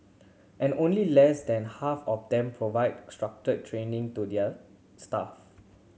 and only less than half of them provide structured training to their staff